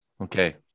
Okay